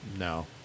No